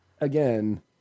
again